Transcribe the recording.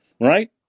right